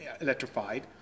electrified